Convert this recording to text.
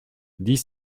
dix